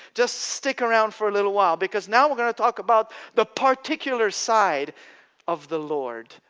just stick around for a little while. because now we're going to talk about the particular side of the lord,